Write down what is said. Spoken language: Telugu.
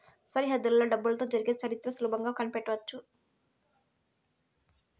సరిహద్దులలో డబ్బులతో జరిగే చరిత్ర సులభంగా కనిపెట్టవచ్చు